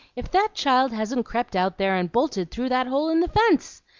if that child hasn't crept out there, and bolted through that hole in the fence!